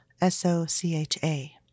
S-O-C-H-A